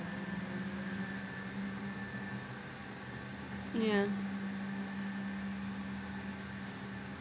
yeah